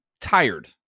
tired